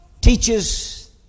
teaches